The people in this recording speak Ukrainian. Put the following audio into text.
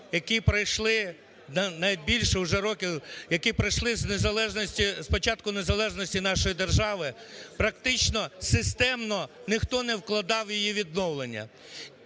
незалежності, з початку незалежності нашої держави, практично системно ніхто не вкладав в її відновлення.